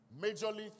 majorly